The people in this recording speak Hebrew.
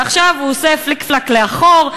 ועכשיו הוא עושה פליק-פלאק לאחור,